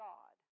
God